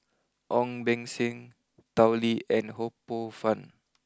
Ong Beng Seng Tao Li and Ho Poh fun